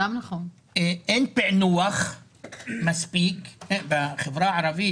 אין פיענוח מספיק בחברה הערבית.